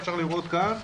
אפשר לראות כאן